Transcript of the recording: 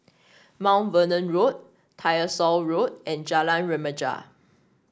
Mount Vernon Road Tyersall Road and Jalan Remaja